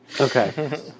Okay